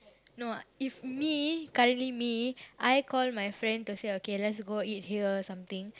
no if me currently me I call my friend to say okay let's go eat here or something